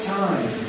time